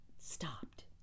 stopped